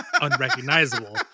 unrecognizable